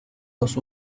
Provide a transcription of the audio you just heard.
los